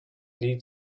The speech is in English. lead